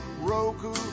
Roku